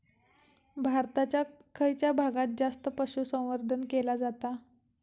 भारताच्या खयच्या भागात जास्त पशुसंवर्धन केला जाता?